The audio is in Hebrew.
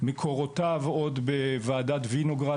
מקורותיו עוד ב"וועדת וינוגרד",